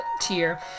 tier